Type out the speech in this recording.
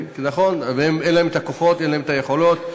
נכון, אין להם הכוחות, אין להם היכולות.